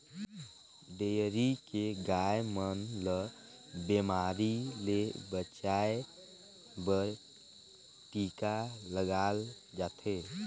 dairy के गाय मन ल बेमारी ले बचाये बर टिका लगाल जाथे